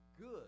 good